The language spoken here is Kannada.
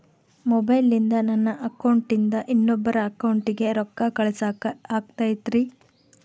ಮೊಬೈಲಿಂದ ನನ್ನ ಅಕೌಂಟಿಂದ ಇನ್ನೊಬ್ಬರ ಅಕೌಂಟಿಗೆ ರೊಕ್ಕ ಕಳಸಾಕ ಆಗ್ತೈತ್ರಿ?